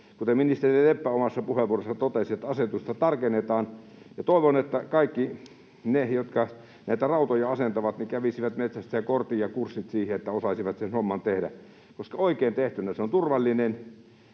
Kuten ministeri Leppä omassa puheenvuorossaan totesi, asetusta tarkennetaan, ja toivon, että kaikki ne, jotka näitä rautoja asentavat, kävisivät metsästäjäkortin ja kurssit siihen, että osaisivat sen homman tehdä, koska oikein tehtynä se on turvallinen